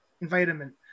environment